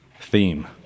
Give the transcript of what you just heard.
theme